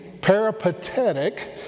peripatetic